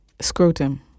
scrotum